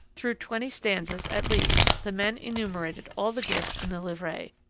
through twenty stanzas, at least, the men enumerated all the gifts in the livree,